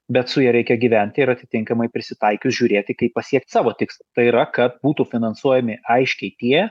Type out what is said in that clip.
bet su ja reikia gyventi ir atitinkamai prisitaikius žiūrėti kaip pasiekt savo tikslą tai yra kad būtų finansuojami aiškiai tie